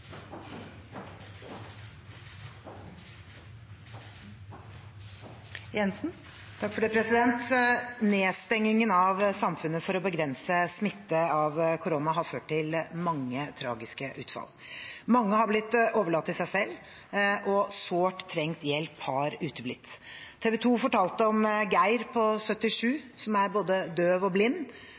korona har hatt mange tragiske utfall. Mange har blitt overlatt til seg selv, og sårt tiltrengt hjelp har uteblitt. TV2 fortalte om Geir på 77 år, som er både døv og blind